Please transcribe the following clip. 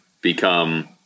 become